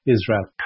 Israel